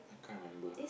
I can't remember